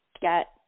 get